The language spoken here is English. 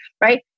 right